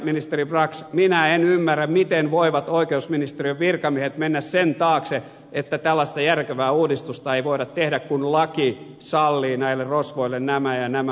ministeri brax minä en ymmärrä miten voivat oikeusministeriön virkamiehet mennä sen taakse että tällaista järkevää uudistusta ei voida tehdä kun laki sallii näille rosvoille nämä ja nämä valitusoikeudet